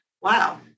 wow